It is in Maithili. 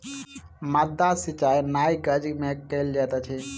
माद्दा सिचाई नाइ गज में कयल जाइत अछि